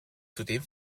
zudem